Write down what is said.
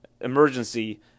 emergency